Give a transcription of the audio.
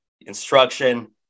instruction